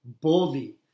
boldly